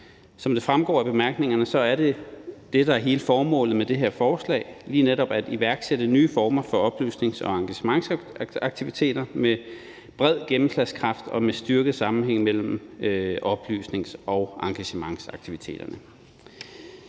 Som det fremgår af bemærkningerne, er det det, der er hele formålet med det her forslag, nemlig lige netop at iværksætte nye former for oplysnings- og engagementsaktiviteter med bred gennemslagskraft og en styrket sammenhæng mellem oplysnings- og engagementsaktiviteterne.